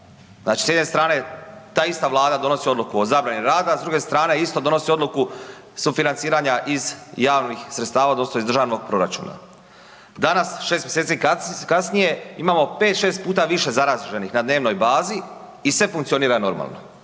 Znači s jedne strane ta ista Vlada donosi odluku o zabrani rada, s druge strane isto donosi odluku sufinanciranja iz javnih sredstava odnosno iz državnog proračuna. Danas 6 mj. kasnije, imamo 5, 6 puta više zaraženih na dnevnoj bazi i sve funkcionira normalno.